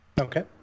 Okay